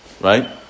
Right